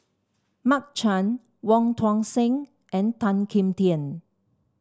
Mark Chan Wong Tuang Seng and Tan Kim Tian